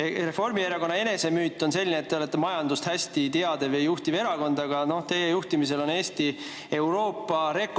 Reformierakonna enese müüt on selline, et te olete majandust hästi teadev ja juhtiv erakond, aga teie juhtimisel on Eesti Euroopa rekordimees